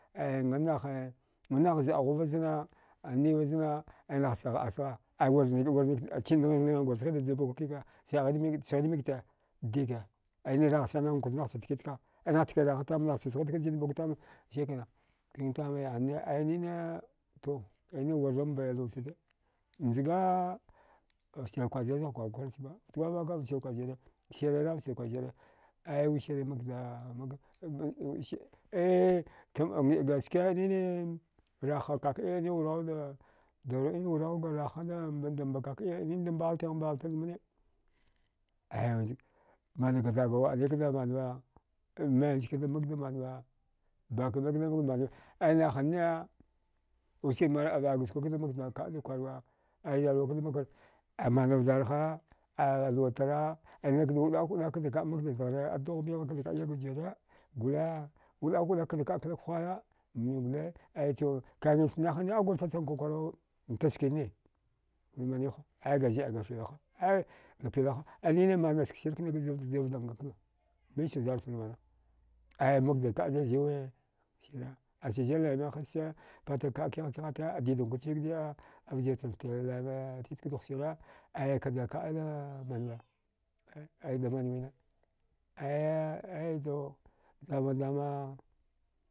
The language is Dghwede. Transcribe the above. Aya ngannahe zəahuva zna aniva zna nah ghəasagha ai warnik nghinka sghidaja buka kika saghidamik sghida mikte dike aini rahasanankwa nahcha tkitka ainah tki raha tama nahcha sghutka janini buka tama sikina kwintama a ne ainine to ainin warrambe luwachude mduga fchil kwazir zagh kwargurikwarba fta guwavaka schil kwazire sirira fchil kwazira aiwiska da makda eh tam ngiɗga ske nine raha kakəiya ninwurauda ninwuradanba raha kakəiya ninda mbaltigh balta dmane aya madauga taəga wa. a ni kda manuwe menjkda makda manuwe bakva kda maakda maanwe ai nahanne wusir ma la. a gaskwada kada makda kwarwe ai yauwra kadamakda amana vjarha aluwatara ainakda wuəak wuəak kadakada mak zdghar a dughbal kdada kada yig vjira gole wuəak wuəak kadakada klikhuwaya mniw gole aito kanghift nahanne agur chacham kwakwara mtaskenne maniwha aiga zeəga pilaha ainine mana sksir kna gjivlanga kan mich vjarchan mana aiya madakada ziwe a sire achazi lare hasche patakka kihakihata didankwa cha yagdi a vjirjin fta lare titkwa daughsire aya kda kada manwuwe aida manwine aya aito damadama.